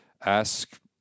ask